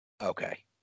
Okay